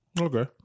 okay